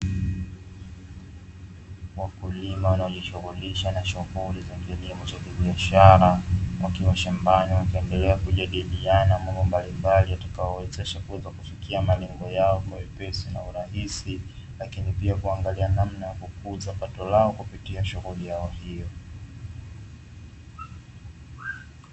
Wakulima wanaojishughulisha na shughuli za kilimo cha kibiashara, wakiwa shambani wakiendelea kujadiliana mambo mbalimbali yatakayowezesha kuweza kufikia malengo yao kwa wepesi na urahisi, lakini pia kuangalia namna ya kukuza pato lao kupitia shughuli yao hiyo.